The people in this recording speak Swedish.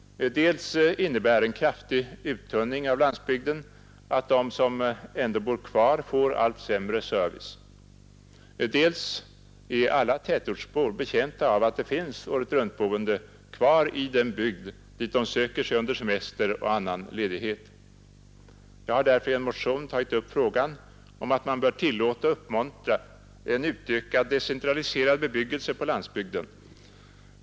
Dels innebär en kraftig uttunning av landsbygden att de som ändå bor kvar får allt sämre service, dels är alla tätortsbor betjänta av att det finns åretruntboende kvar i den bygd dit de söker sig under semester och annan ledighet. Jag har därför i en motion tagit upp frågan om att man bör tillåta och uppmuntra en utökad decentraliserad bebyggelse på landsbygden.